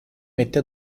mette